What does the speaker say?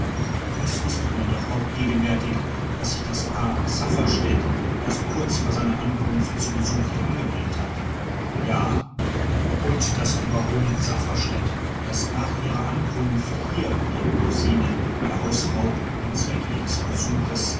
es ist ihnen doch auch gewärtig daß sich das ehepaar safferstätt erst kurz vor seiner ankunft zu besuch hier angemeldet hat ja und daß die baronin safferstätt erst nach ihrer ankunft hier ihrer kusine der hausfrau den zweck ihres besuches